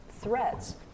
threats